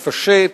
לפשט,